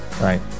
Right